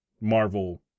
Marvel